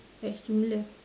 that's similar